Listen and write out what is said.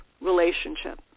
relationship